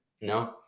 No